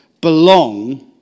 belong